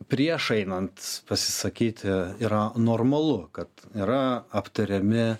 prieš einant pasisakyti yra normalu kad yra aptariami